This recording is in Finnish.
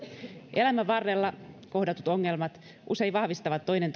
elämän varrella kohdatut ongelmat usein vahvistavat toinen